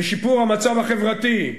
לשיפור המצב החברתי.